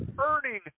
earning